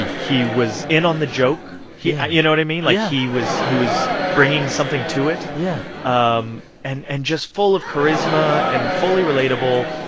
he was in on the joke. he you know what i mean? like, he was he was bringing something to it yeah um and and just full of charisma and fully relatable.